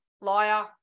Liar